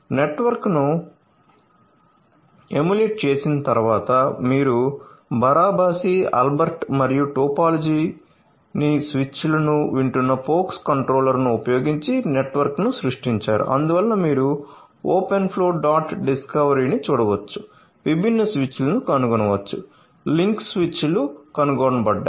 నెట్వర్క్ను ఎమ్యులేట్ చేసిన తర్వాత మీరు బరాబాసి ఆల్బర్ట్ మరియు టోపోలాజీని స్విచ్లను వింటున్న పోక్స్ కంట్రోలర్ను ఉపయోగించి నెట్వర్క్ను సృష్టించారు అందువల్ల మీరు ఓపెన్ ఫ్లో డాట్ డిస్కవరీని చూడవచ్చు విభిన్న స్విచ్లను కనుగొనవచ్చు లింక్ స్విచ్లు కనుగొనబడ్డాయి